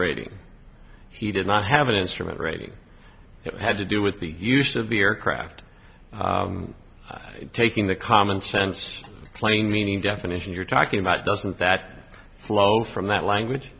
rating he did not have an instrument rating it had to do with the use of beer craft taking the common sense plain meaning definition you're talking about doesn't that flow from that language